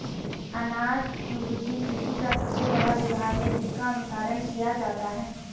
अनाज की वृद्धि कृषि का सबसे बड़ा विभाग है जिसका अनुसरण किया जाता है